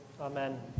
Amen